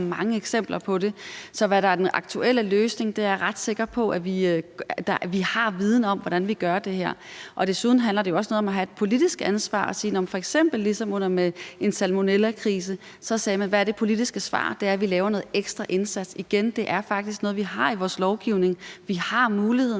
mange eksempler på det. Så hvad der er den aktuelle løsning, er jeg ret sikker på. Vi har viden om, hvordan vi gør det her. Desuden handler det jo også om at have et politisk ansvar, f.eks. ligesom under en salmonellakrise, hvor man sagde: Hvad er det politiske svar? Det er, at vi laver en ekstra indsats. Igen vil jeg sige, at det er noget, vi faktisk har i vores lovgivning. Vi har muligheden